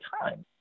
time